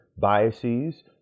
biases